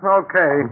okay